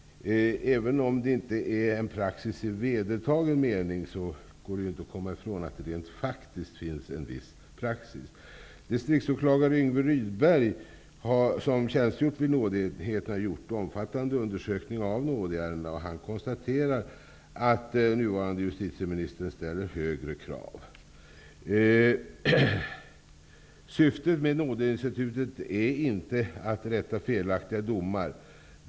Även om det inte är en praxis i vedertagen mening, går det inte att komma ifrån att det rent faktiskt finns en viss praxis. Distriktsåklagare Yngve Rydberg, som tjänstgjort vid nådeenheten, har gjort en omfattande undersökning av nådeärendena, och han konstaterar att den nuvarande justitieministern ställer högre krav. Syftet med nådeinstitutet är inte att rätta felaktiga domar.